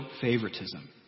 favoritism